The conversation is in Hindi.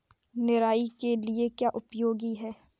निराई के लिए क्या उपयोगी है?